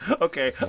Okay